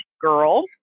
girl